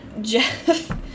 Jeff